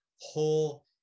whole